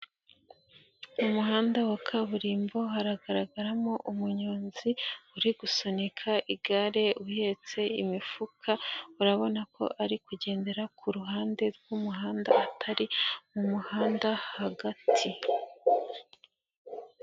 Umuhanda wa kaburimbo haragaragaramo umunyonzi uri gusunika igare uhetse imifuka, urabona ko ari kugendera ku ruhande rw'umuhanda atari mu muhanda hagati.